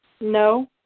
No